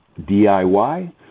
DIY